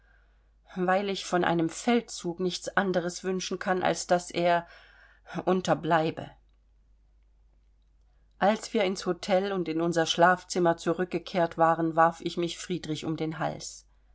weil ich von einem feldzug nichts anderes wünschen kann als daß er unterbleibe als wir ins hotel und in unser schlafzimmer zurückgekehrt waren warf ich mich friedrich um den hals